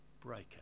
breaker